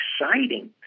exciting